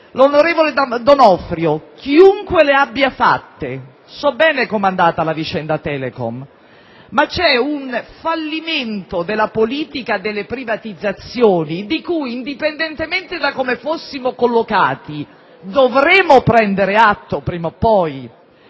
senatore D'Onofrio). So bene com'è andata la vicenda Telecom ma c'è un fallimento della politica delle privatizzazioni di cui, indipendentemente da come siamo collocati, dovremo prendere atto, prima o poi.